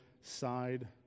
side